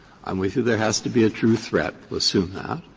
i'm with you there has to be a true threat we'll assume that.